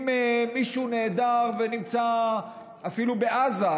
אם מישהו נעדר ונמצא אפילו בעזה,